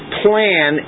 plan